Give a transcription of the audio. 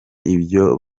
ibyo